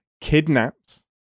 kidnaps